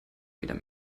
wieder